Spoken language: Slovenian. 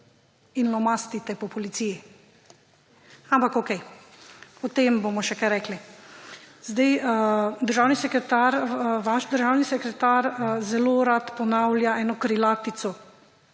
In lomastite po policiji. Ampak okej, o tem bomo še kaj rekli. Vaš državni sekretar zelo rad ponavlja eno krilatico.